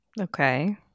Okay